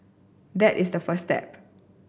that is the first step